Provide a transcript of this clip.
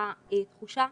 הייתה תחושה